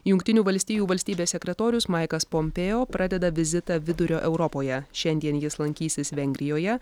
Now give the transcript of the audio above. jungtinių valstijų valstybės sekretorius maikas pompėo pradeda vizitą vidurio europoje šiandien jis lankysis vengrijoje